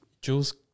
Jules